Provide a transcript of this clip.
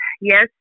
Yes